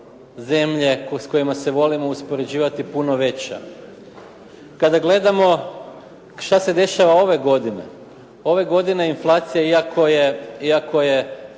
zemlje s kojima se volimo uspoređivati puno veća. Kada gledamo šta se dešava ove godine. Ove godine inflacija iako je